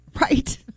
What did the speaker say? Right